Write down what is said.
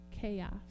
chaos